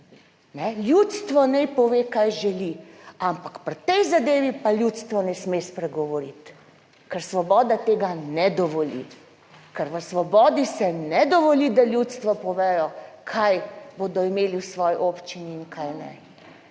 Ljudstvo naj pove kaj želi, ampak pri tej zadevi pa ljudstvo ne sme spregovoriti, ker Svoboda tega ne dovoli, ker v svobodi se ne dovoli, da ljudstvo pove kaj bodo imeli v svoji občini in kaj ne.